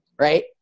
Right